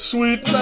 Sweet